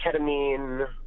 ketamine